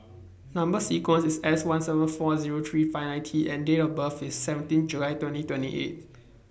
Number sequence IS S one seven four Zero three five nine T and Date of birth IS seventeen July twenty twenty eight